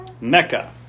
Mecca